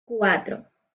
cuatro